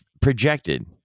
projected